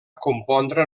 compondre